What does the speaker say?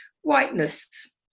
Whiteness